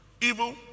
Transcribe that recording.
evil